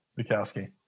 Bukowski